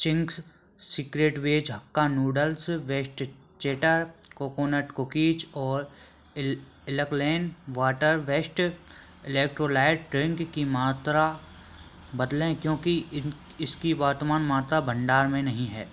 Ching's secret veg hakka noodles veg chatter coconut cookies और एल alkaline water best electrolyte drink की मात्रा बदलें क्योंकि इन इसकी वर्तमान मात्रा भंडार में नहीं है